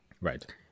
right